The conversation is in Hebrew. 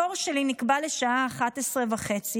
התור שלי נקבע לשעה 11:30,